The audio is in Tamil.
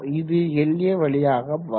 இது La வழியாக வரும்